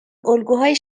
الگوهای